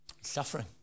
Suffering